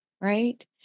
right